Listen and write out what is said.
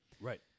Right